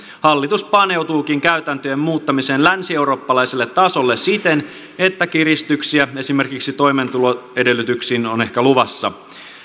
hallitus paneutuukin käytäntöjen muuttamiseen länsieurooppalaiselle tasolle siten että kiristyksiä esimerkiksi toimeentuloedellytyksiin on ehkä luvassa